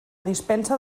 dispensa